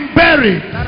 buried